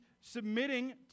submitting